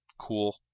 cool